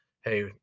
hey